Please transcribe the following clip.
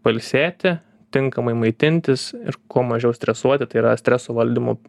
pailsėti tinkamai maitintis ir kuo mažiau stresuoti tai yra streso valdymo